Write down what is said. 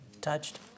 touched